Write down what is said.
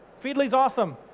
feedly is awesome.